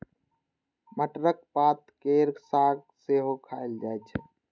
मटरक पात केर साग सेहो खाएल जाइ छै